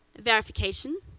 verification,